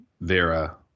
Vera